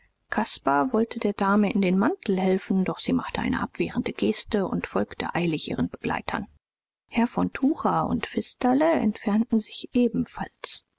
caspar wollte der dame in den mantel helfen doch sie machte eine abwehrende geste und folgte eilig ihren begleitern herr von tucher und pfisterle entfernten sich ebenfalls